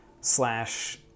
slash